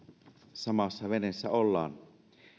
samassa veneessä ollaan